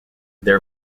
their